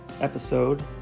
episode